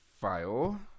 file